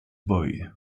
boy